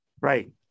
Right